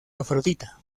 afrodita